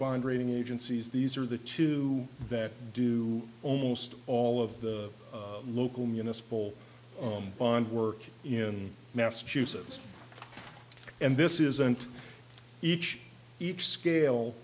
bond rating agencies these are the two that do almost all of the local municipal bond work in massachusetts and this isn't each each scale